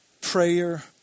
prayer